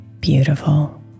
beautiful